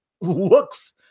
looks